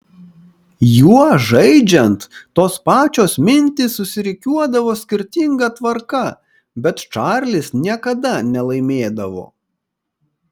juo žaidžiant tos pačios mintys susirikiuodavo skirtinga tvarka bet čarlis niekada nelaimėdavo